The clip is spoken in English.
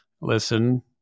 Listen